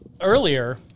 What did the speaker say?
earlier